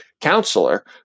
counselor